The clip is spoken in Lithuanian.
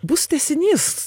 bus tęsinys